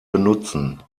benutzen